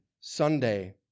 sunday